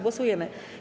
Głosujemy.